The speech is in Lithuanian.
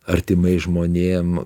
artimais žmonėm